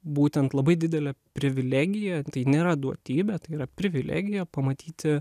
būtent labai didelė privilegija tai nėra duotybė tai yra privilegija pamatyti